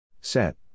Set